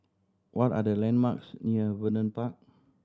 what are the landmarks near Vernon Park